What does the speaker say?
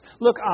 Look